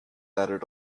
added